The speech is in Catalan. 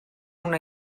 una